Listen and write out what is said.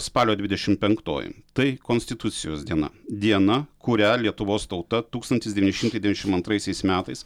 spalio dvidešimt penktoji tai konstitucijos diena diena kurią lietuvos tauta tūkstantis devynišimtai devyniasdešimt antraisiais metais